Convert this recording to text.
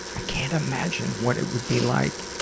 ah can't imagine what it would be like